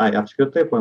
ai apskritai po